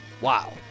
wow